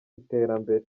iterambere